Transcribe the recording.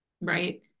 Right